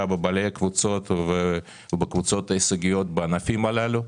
בבעלי הקבוצות ובקבוצות ההישגיות בענפים הללו,